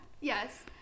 yes